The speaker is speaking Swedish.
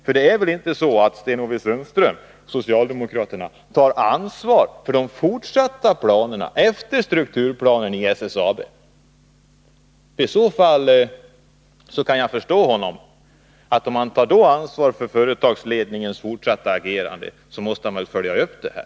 För det är väl inte så, att Sten-Ove Sundström och socialdemokraterna tar ansvaret för de fortsatta planerna efter strukturplanen i SSAB? I så fall kan jag förstå honom — om man då tar ansvaret för företagsledningens fortsatta agerande, så måste man väl följa upp det här.